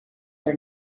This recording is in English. for